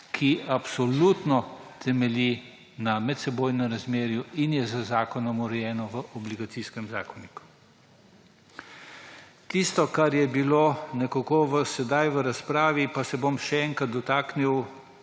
ki absolutno temelji na medsebojnem razmerju in je z zakonom urejeno v Obligacijskem zakoniku. Tistega, kar je bilo nekako sedaj v razpravi, pa se bom še enkrat dotaknil,